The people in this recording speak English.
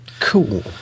cool